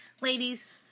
Ladies